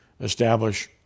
establish